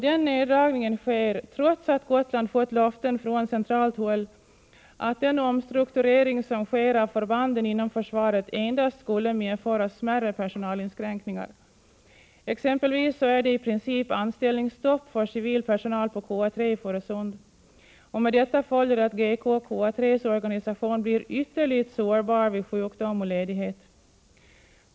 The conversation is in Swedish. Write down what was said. Denna neddragning sker trots att Gotland fått löften från centralt håll att den omstrukturering som sker av förbanden inom försvaret endast skulle medföra smärre personalinskränkningar. Exempelvis är det i princip anställningsstopp för civil personal vid KA 3 i Fårösund, och med detta följer att GK/KA 3:s organisation blir ytterligt sårbar vid sjukdom och ledighet.